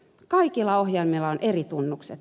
kaikilla ohjelmilla on eri tunnukset